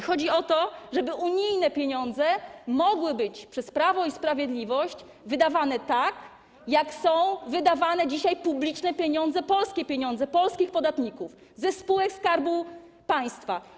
Chodzi o to, żeby unijne pieniądze mogły być przez Prawo i Sprawiedliwość wydawane tak, jak są wydawane dzisiaj publiczne pieniądze, polskie pieniądze, polskich podatników, ze spółek Skarbu Państwa.